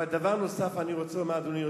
דבר נוסף אני רוצה לומר, אדוני.